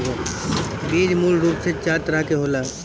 बीज मूल रूप से चार तरह के होला